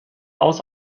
aus